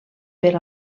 per